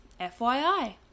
FYI